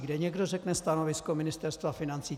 Kde někdo řekne stanovisko Ministerstva financí?